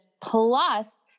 Plus